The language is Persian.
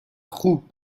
خوب